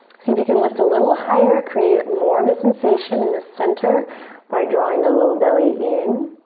see if you can lift a little higher, create more of a sensation in the center by drawing the low belly in,